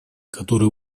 который